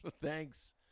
Thanks